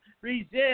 resist